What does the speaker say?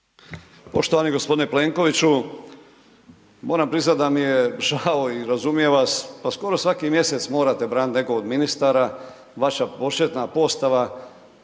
Poštovani g. Plenkoviću, moram priznat da mi je žao i razumijem vas, pa skoro svaki mjesec morate branit nekog od ministara, vaša početna postava,